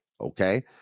Okay